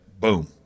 boom